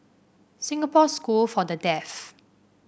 Singapore School for the Deaf